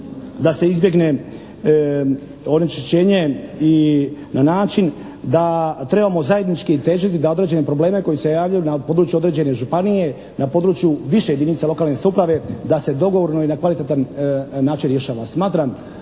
da se izbjegne onečišćenje i na način da trebamo zajednički težiti da određene probleme koji se javljaju na području određene županije, na području više jedinica lokalne samouprave da se dogovorno i na kvalitetan način rješava. Smatram